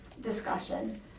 discussion